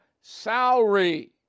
salary